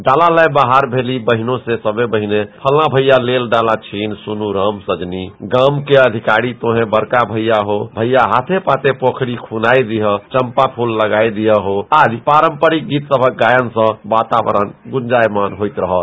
डाला लय बहार भेली बहिनो से सबे बहिने फल्लां भैय्या लेल डाला छीनि सुनू राम सजनी गाम के अधिकारी तोंहे बड़का भैय्या हो भैय्या हाथे पाते पोखरी खूनाइ दीह चंपा फूल लगाया दीह हो आदि पारंपरिक गीत सबहक गायन सँ वातावरण गुंजायमान होइत रहत